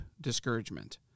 discouragement